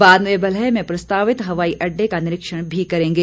बाद में वे बल्ह में प्रस्तावित हवाई अड्डे का निरीक्षण भी करेंगे